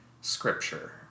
scripture